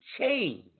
change